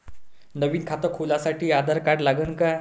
नवीन खात खोलासाठी आधार कार्ड लागन का?